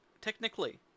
technically